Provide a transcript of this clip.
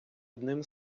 одним